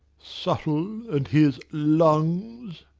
subtle and his lungs.